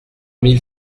mille